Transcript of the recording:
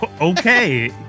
Okay